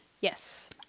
Yes